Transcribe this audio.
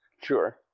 Sure